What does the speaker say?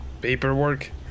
paperwork